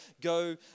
go